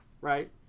right